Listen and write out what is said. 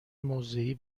موضعی